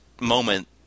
moment